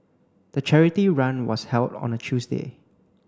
the charity run was held on a Tuesday